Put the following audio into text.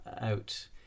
out